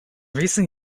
recent